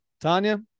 Tanya